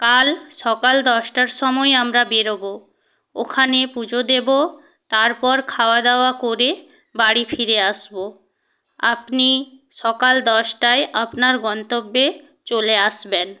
কাল সকাল দশটার সময় আমরা বেরোবো ওখানে পুজো দেবো তারপর খাওয়া দাওয়া করে বাড়ি ফিরে আসবে আপনি সকাল দশটায় আপনার গন্তব্যে চলে আসবেন